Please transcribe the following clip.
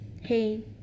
hey